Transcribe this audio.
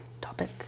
topic